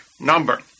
number